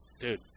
Dude